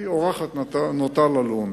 היא אורחת נוטה ללון.